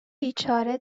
بیچاره